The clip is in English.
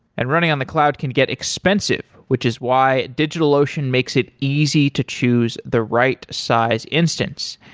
and running on the cloud can get expensive, which is why digitalocean makes it easy to choose the right size instance.